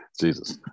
Jesus